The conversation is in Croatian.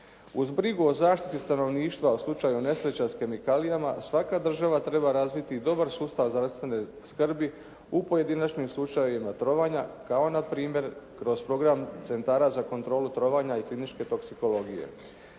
Uz brigu o zaštiti stanovništva u slučaju nesreća s kemikalijama, svaka država treba razviti dobar sustav zdravstvene skrbi u pojedinačnim slučajevima trovanja kao npr. kroz program centara za kontrolu trovanja i kliničke toksikologije.